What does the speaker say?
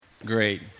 Great